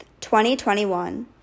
2021